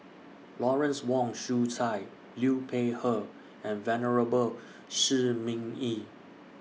Lawrence Wong Shyun Tsai Liu Peihe and Venerable Shi Ming Yi